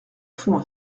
fond